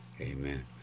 Amen